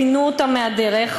פינו אותם מהדרך,